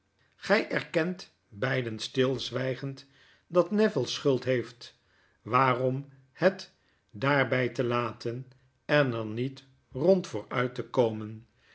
gij erkent beiden stilzwygend dat neville schuld heeft waarom het daarbg te laten en er niet rond voor nit te komen